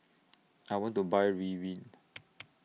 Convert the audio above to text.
I want to Buy Ridwind